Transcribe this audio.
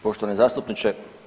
Poštovani zastupniče.